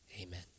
amen